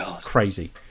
crazy